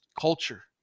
culture